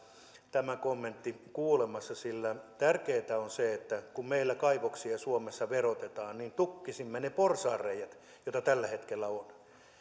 tämä kommentti kuulemassa sillä tärkeintä on se että kun meillä kaivoksia suomessa verotetaan niin tukkisimme ne porsaanreiät joita tällä hetkellä on